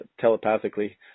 telepathically